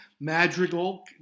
Madrigal